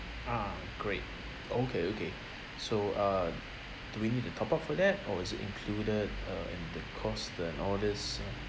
ah great okay okay so uh do we need to top up for that or is it included uh in the cost and all this uh